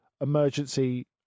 emergency